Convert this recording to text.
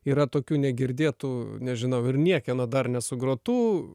yra tokių negirdėtų nežinau ir niekieno dar nesugrotų